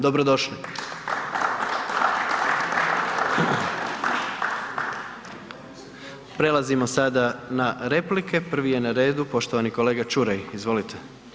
Dobro došli! … Prelazimo sada na replike, prvi je na redu poštovani kolega Čuraj, izvolite.